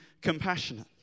compassionate